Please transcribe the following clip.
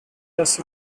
such